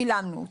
שילמנו אותם.